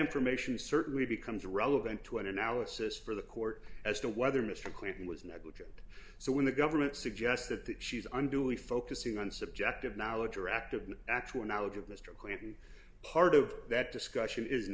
information certainly becomes relevant to an analysis for the court as to whether mr clinton was negligent ready so when the government suggested that she is under way focusing on subjective knowledge or active actual knowledge of mr clinton part of that discussion is